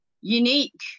unique